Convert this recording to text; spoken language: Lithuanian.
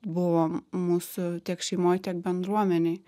buvo mūsų tiek šeimoj tiek bendruomenėj